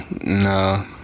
No